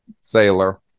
sailor